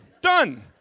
Done